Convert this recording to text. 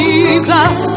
Jesus